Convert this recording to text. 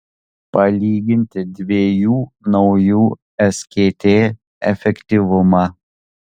palyginti dviejų naujų skt efektyvumą